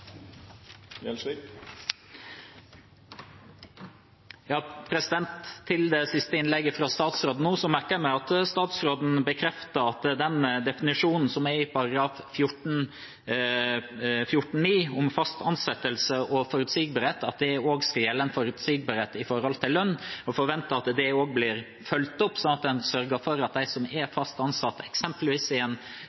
det siste innlegget fra statsråden merker jeg meg nå at statsråden bekrefter at definisjonen som er i § 14-9 om fast ansettelse og forutsigbarhet, også skal gjelde forutsigbarhet for lønn. Jeg forventer at det blir fulgt opp, sånn at en sørger for at de som er